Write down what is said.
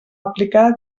aplicada